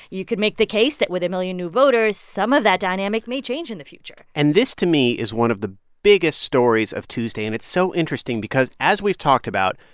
you could make the case that with a million new voters, some of that dynamic may change in the future and this, to me, is one of the biggest stories of tuesday. and it's so interesting because as we've talked about,